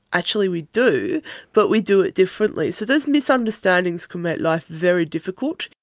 actually we do but we do it differently. so those misunderstandings can make life very difficult.